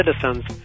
citizens